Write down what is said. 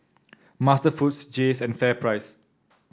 MasterFoods Jays and FairPrice